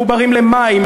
מחוברים למים,